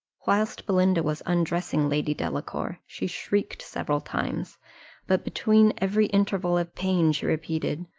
whilst belinda was undressing lady delacour, she shrieked several times but between every interval of pain she repeated,